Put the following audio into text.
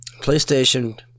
PlayStation